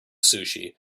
sushi